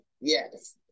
Yes